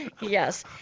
Yes